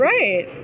Right